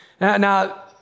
now